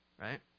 right